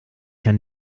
kann